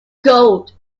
gold